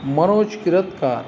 Manoj Kiratkar